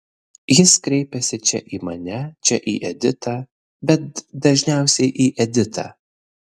jis kreipiasi čia į mane čia į editą bet dažniausiai į editą